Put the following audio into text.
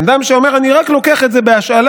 בן אדם שאומר: אני רק לוקח את זה בהשאלה,